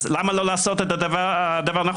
אז למה לא לעשות את הדבר הנכון?